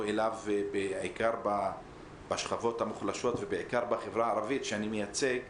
אליו בעיקר בשכבות המוחלשות ובעיקר בחברה הערבית,